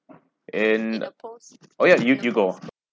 and oh ya you you go